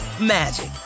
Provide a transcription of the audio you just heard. magic